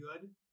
good